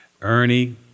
Ernie